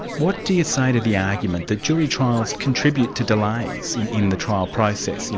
what do you say to the argument that jury trials contribute to delays in in the trial process? you